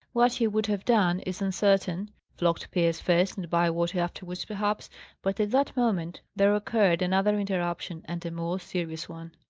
what he would have done is uncertain flogged pierce first and bywater afterwards, perhaps but at that moment there occurred another interruption, and a more serious one.